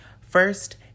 First